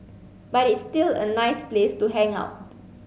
but it's still a nice place to hang out